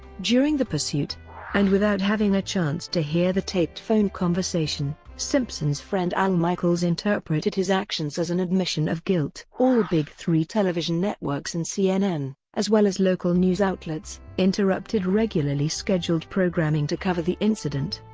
during the pursuit and without having a chance to hear the taped phone conversation, simpson's friend al michaels interpreted his actions as an admission of guilt. all big three television networks and cnn, as well as local news outlets, interrupted regularly scheduled programming to cover the incident,